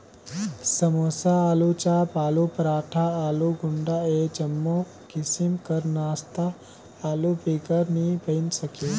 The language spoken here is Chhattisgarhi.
समोसा, आलूचाप, आलू पराठा, आलू गुंडा ए जम्मो किसिम कर नास्ता आलू बिगर नी बइन सके